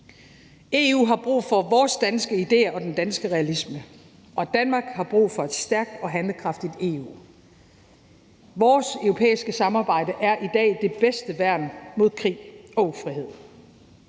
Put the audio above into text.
EU har brug for vores danske idéer og den danske realisme, og Danmark har brug for et stærkt og handlekraftigt EU. Vores europæiske samarbejde er i dag det bedste værn mod krig og ufrihed.